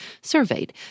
surveyed